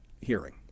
hearing